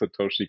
Satoshi